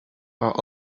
are